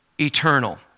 eternal